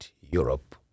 Europe